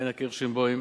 פניה קירשנבאום